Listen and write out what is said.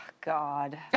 God